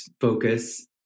focus